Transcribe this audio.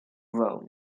rome